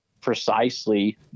precisely